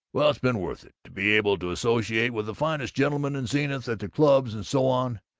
well, it's been worth it, to be able to associate with the finest gentlemen in zenith, at the clubs and so on,